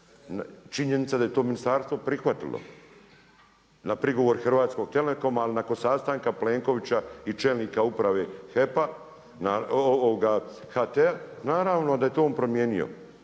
Činjenica da je to ministarstvo prihvatilo na prigovor Hrvatskog telekoma, ali nakon sastanka Plenkovića i čelnika Uprave HEP-a, HT-a naravno da je to on promijenio.